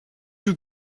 you